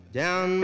down